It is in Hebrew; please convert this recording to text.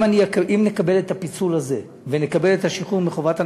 אם נקבל את הפיצול הזה ונקבל את השחרור מחובת הנחה,